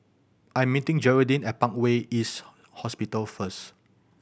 I'm meeting Geraldine at Parkway East Hospital first